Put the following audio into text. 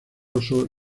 oso